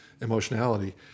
emotionality